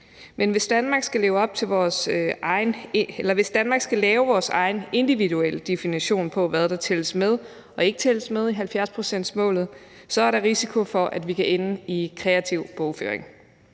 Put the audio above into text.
Men hvis Danmark skal lave sin egen individuelle definition af, hvad der tæller med og ikke tæller med i 70-procentsmålet, så er der risiko for, at vi kan ende i kreativ bogføring.